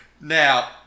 Now